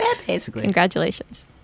Congratulations